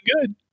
good